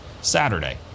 Saturday